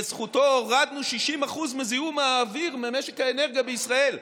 בזכותו הורדנו 60% מזיהום האוויר ממשק האנרגיה בישראל,